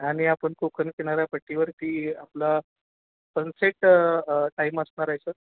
आणि आपण कोकण किनाऱ्या पट्टीवरती आपला सनसेट टाईम असणार आहे सर